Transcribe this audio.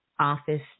office